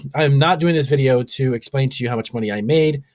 i'm not doing this video to explain to you how much money i made.